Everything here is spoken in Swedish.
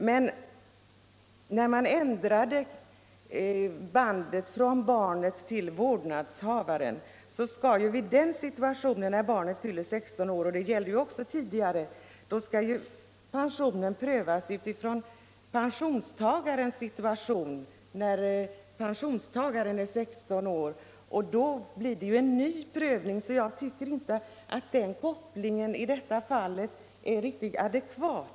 Men sedan man då ändrat bindningen av bidraget från barnet till vårdnadshavaren, så skall i den situationen — det gällde ju också tidigare — behovet av pension prövas utifrån pensionstagarens egen situation när han eller hon är 16 år. Det blir alltså vid det tillfället en ny prövning. Jag tycker därför inte att den här kopplingen i detta fall är riktigt adekvat.